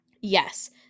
Yes